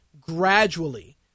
gradually